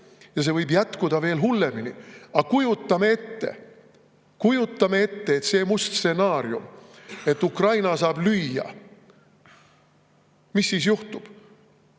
ja võib jätkuda veel hullemini. Aga kujutame ette, kujutame ette seda musta stsenaariumit, et Ukraina saab lüüa. Mis siis juhtub?